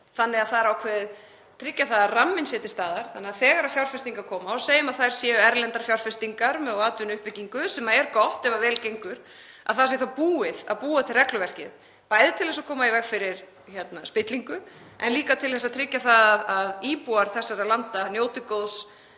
fram undan er, tryggja það að ramminn sé til staðar þannig að þegar fjárfestingar koma — segjum að þær séu erlendar fjárfestingar í atvinnuuppbyggingu, sem er gott ef vel gengur — þá sé búið að búa til regluverkið, bæði til að koma í veg fyrir spillingu en líka til að tryggja það að íbúar þessara landa njóti góðs